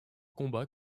combats